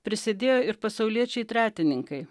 prisidėjo ir pasauliečiai tretininkai